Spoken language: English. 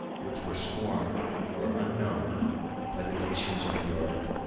which were scorned or unknown by the nations of europe,